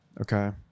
Okay